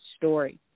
story